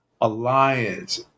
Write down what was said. alliance